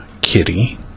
Kitty